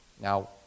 Now